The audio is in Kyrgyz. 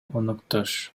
өнөктөш